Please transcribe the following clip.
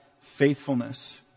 faithfulness